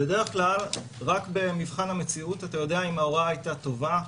בדרך כלל רק במבחן המציאות אתה יודע אם ההוראה הייתה טובה,